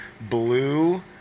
blue